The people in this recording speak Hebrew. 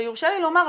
ויורשה לי לומר,